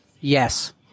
Yes